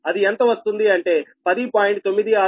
అది ఎంత వస్తుంది అంటే 10